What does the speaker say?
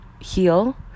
heal